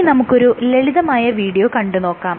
ഇനി നമുക്കൊരു ലളിതമായ വീഡിയോ കണ്ടു നോക്കാം